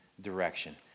direction